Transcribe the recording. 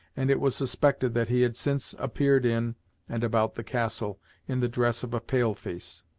and it was suspected that he had since appeared in and about the castle in the dress of a pale-face.